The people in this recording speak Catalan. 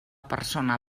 persona